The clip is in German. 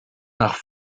nach